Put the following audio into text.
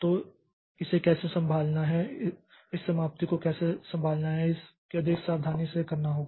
तो इसे कैसे संभालना है इस समाप्ति को कैसे संभालना है इसे अधिक सावधानी से करना होगा